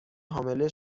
حامله